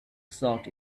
sought